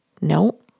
No